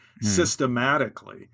systematically